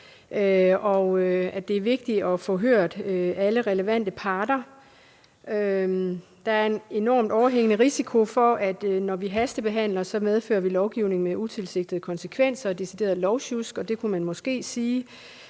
at det er vigtigt at få hørt alle relevante parter. Der er en overhængende risiko for, at det, når vi hastebehandler, medfører utilsigtede konsekvenser i lovgivningen og decideret lovsjusk. Det kunne man måske sige